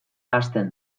hasten